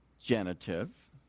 genitive